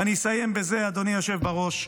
ואני מסיים בזה, אדוני היושב בראש.